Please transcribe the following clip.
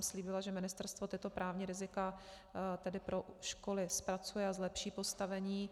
Slíbila jsem, že ministerstvo tato právní rizika pro školy zpracuje a zlepší postavení.